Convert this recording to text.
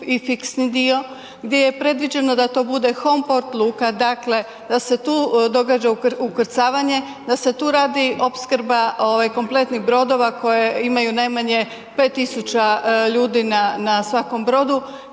i fiksni dio, gdje je predviđeno da to bude …/Govornik se ne razumije./…luka, dakle, da se tu događa ukrcavanje, da se tu radi opskrba kompletnih brodova, koje imaju najmanje 5000 ljudi na svakom brodu